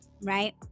right